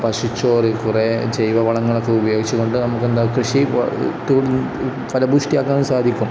പശുച്ചോറ് കുറേ ജൈവവളങ്ങളൊക്കെ ഉപയോഗിച്ചുകൊണ്ട് നമുക്ക് എന്താ കൃഷി ഫലഭൂയിഷ്ടിയാക്കാൻ സാധിക്കും